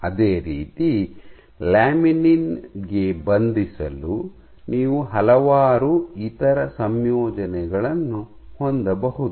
ಅದೇ ರೀತಿ ಲ್ಯಾಮಿನಿನ್ ಗೆ ಬಂಧಿಸಲು ನೀವು ಹಲವಾರು ಇತರ ಸಂಯೋಜನೆಗಳನ್ನು ಹೊಂದಬಹುದು